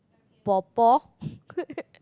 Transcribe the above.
paw paw